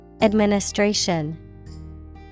Administration